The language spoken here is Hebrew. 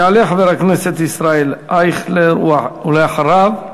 יעלה חבר הכנסת ישראל אייכלר, ואחריו,